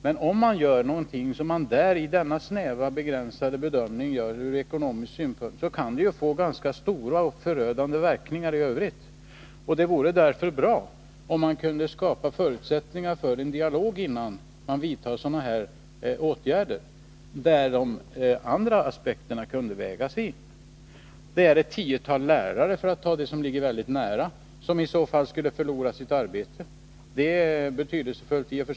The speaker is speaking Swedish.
Men om man gör någonting, med den ur ekonomisk synpunkt snäva begränsade bedömningen, kan det få ganska kraftiga och förödande verkningar i övrigt. Det vore därför bra om det kunde skapas förutsättningar för en dialog, innan sådana här åtgärder vidtas, där andra aspekter kunde vägas in. För att ta ett mycket näraliggande exempel, skulle ett tiotal lärare förlora sitt arbete, vilket är betydelsefullt.